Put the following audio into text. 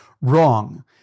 wrong